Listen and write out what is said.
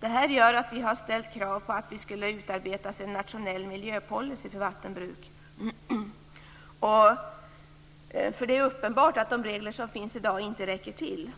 grund av detta har vi ställt krav på att det skall utarbetas en nationell miljöpolicy för vattenbruk. Det är nämligen uppenbart att de regler som i dag finns inte räcker till.